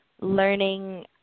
learning